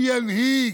מי ינהיג?